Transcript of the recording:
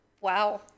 Wow